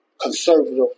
conservative